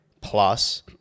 plus